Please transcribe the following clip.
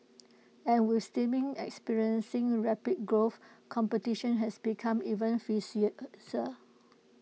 and with streaming experiencing rapid growth competition has become even